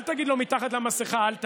אל תגיד לו מתחת למסכה "אל תענה".